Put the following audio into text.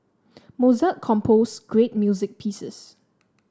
Mozart composed great music pieces